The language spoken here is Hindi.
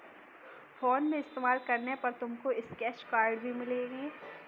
फोन पे इस्तेमाल करने पर तुमको स्क्रैच कार्ड्स भी मिलेंगे